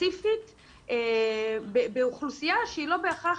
ספציפית באוכלוסייה שהיא לא בהכרח